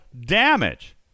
damage